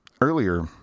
earlier